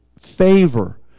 favor